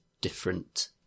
different